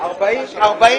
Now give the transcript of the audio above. הריסת